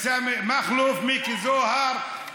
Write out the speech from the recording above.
חבר הכנסת מכלוף מיקי זוהר,